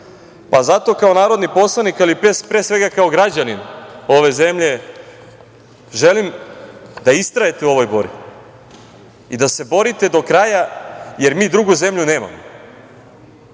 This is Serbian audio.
Zato, kao narodni poslanik, pre svega, kao građanin ove zemlje, želim da istrajete u ovoj borbi i da se borite do kraja, jer mi drugu zemlju nemamo